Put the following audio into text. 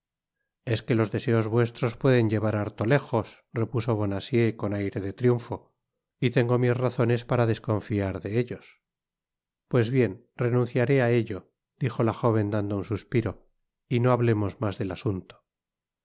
es que los deseos vuestros pueden llevar harto léjos repuso bonacieux con aire de triunfo y tengo mis razones para desconfiar de ellos pues bien renunciaré á ello dijo la jóven dando un suspiro y no hablemos mas del asunto